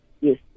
Yes